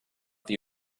the